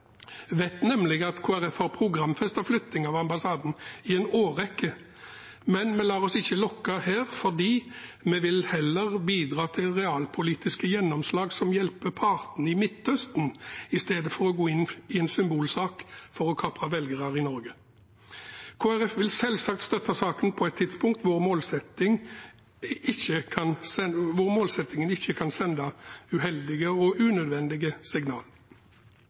vet nemlig at Kristelig Folkeparti har programfestet flytting av ambassaden i en årrekke. Men vi lar oss ikke lokke her, for vi vil heller bidra til realpolitiske gjennomslag som hjelper partene i Midtøsten, enn å gå inn i en symbolsak for å kapre velgere i Norge. Kristelig Folkeparti vil selvsagt støtte saken på et tidspunkt hvor målsettingen ikke kan sende uheldige og unødvendige signaler. Kristelig Folkeparti har sittet i flere regjeringer og